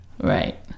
Right